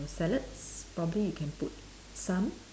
salads probably you can put some